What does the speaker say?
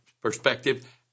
perspective